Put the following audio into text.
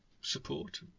support